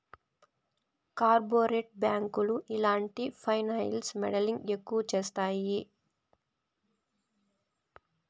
corporate బ్యాంకులు ఇలాంటి financial modelling ఎక్కువ చేత్తాయి